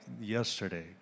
Yesterday